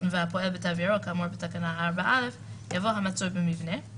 והפועל ב"תו ירוק" כאמור בתקנה 4א" יבוא " המצוי במבנה";